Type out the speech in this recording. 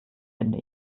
finde